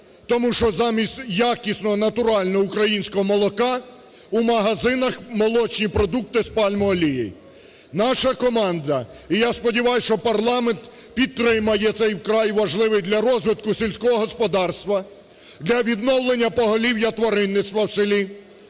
тому що замість якісного натурального українського молока у магазинах молочні продукти з пальмовою олією. Наша команда, і я сподіваюсь, що парламент підтримає цей вкрай важливий для розвитку сільського господарства, для відновлення поголів'я тваринництва в селі,